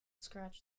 Scratch